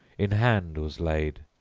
in hand was laid,